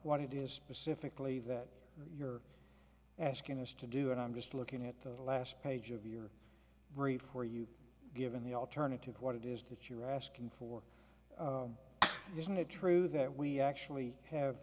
what it is specifically that you're asking us to do and i'm just looking at the last page of your memory for you given the alternative what it is that you're asking for isn't it true that we actually have